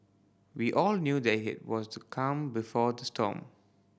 we all knew that it was to calm before to storm